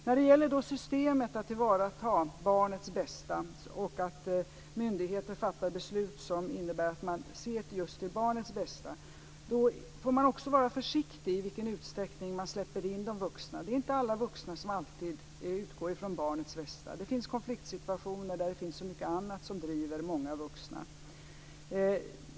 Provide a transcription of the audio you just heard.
När det gäller systemet att tillvarata barnets bästa och att myndigheter fattar beslut som innebär att man ser just till barnets bästa får man också vara försiktig med i vilken utsträckning man släpper in de vuxna. Det är inte alla vuxna som alltid utgår från barnets bästa. Det finns konfliktsituationer där det finns så mycket annat som driver många vuxna.